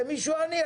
למישהו עני,